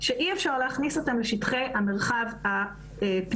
שאי אפשר להכניס אותן לשטחי המרחב הפנימיים,